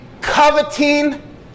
coveting